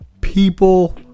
people